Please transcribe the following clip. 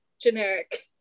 generic